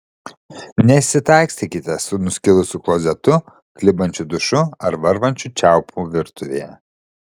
nesitaikstykite su nuskilusiu klozetu klibančiu dušu ar varvančiu čiaupu virtuvėje